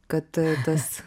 kad tas